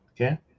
Okay